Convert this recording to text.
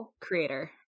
creator